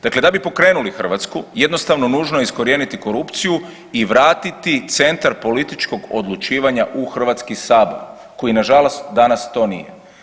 Dakle, da bi pokrenuli Hrvatsku jednostavno nužno je iskorijeniti korupciju i vratiti centar političkog odlučivanja u Hrvatski sabor koji na žalost to danas nije.